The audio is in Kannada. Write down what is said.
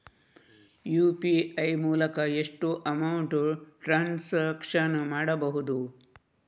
ಯು.ಪಿ.ಐ ಮೂಲಕ ಎಷ್ಟು ಅಮೌಂಟ್ ಟ್ರಾನ್ಸಾಕ್ಷನ್ ಮಾಡಬಹುದು?